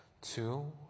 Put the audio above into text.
two